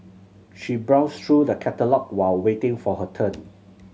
she browsed through the catalogue while waiting for her turn